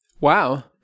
wow